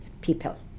people